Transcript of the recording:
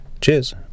Cheers